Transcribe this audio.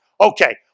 Okay